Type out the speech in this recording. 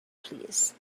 please